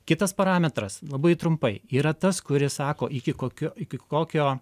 kitas parametras labai trumpai yra tas kuris sako iki kokio iki kokio